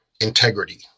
integrity